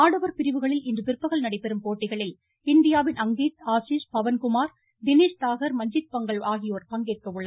ஆடவர் பிரிவுகளில் இன்று பிற்பகல் நடைபெறும் போட்டிகளில் இந்தியாவின் அங்கீத் ஆசிஷ் பவன்குமார் தினேஷ் தாகர் மஞ்சீத் பங்கல் ஆகியோர் பங்கேற்க உள்ளனர்